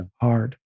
hard